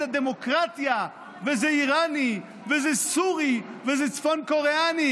הדמוקרטיה וזה איראני וזה סורי וזה צפון קוריאני,